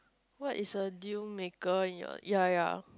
what's a deal maker in your ya ya